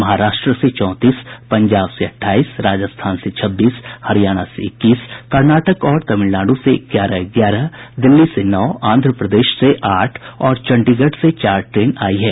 महाराष्ट्र से चौंतीस पंजाब से अठाईस राजस्थान से छब्बीस हरियाणा से इक्कीस कर्नाटक और तमिलनाडू से ग्यारह ग्यारह दिल्ली से नौ आंध्र प्रदेश से आठ और चंडीगढ़ से चार ट्रेन आयी है